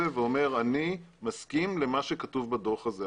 ואומר שהוא מסכים למה שכתוב בדוח הזה.